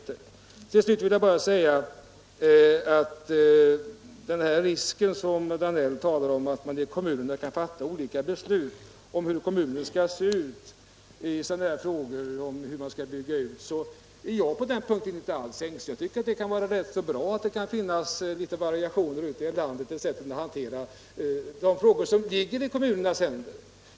Till slut vill jag bara säga att den risk som herr Danell talade om, nämligen att kommunerna kan fatta olika beslut om utbyggnad i sådana frågor, är jag inte alls ängslig för. Jag tycker tvärtom det kan vara ganska bra att det kan finnas litet variationer ute i landets kommuner i sätten att hantera de frågor som ligger i kommunernas händer.